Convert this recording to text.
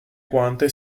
quante